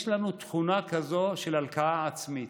יש לנו תכונה כזו של הלקאה עצמית.